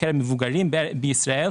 בקרב מבוגרים בישראל,